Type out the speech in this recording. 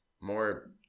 more